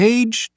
Page